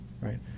right